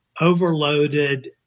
overloaded